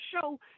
show